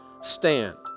stand